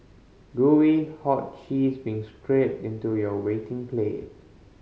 gooey hot cheese being scrapped into your waiting plate